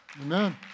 amen